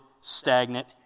stagnant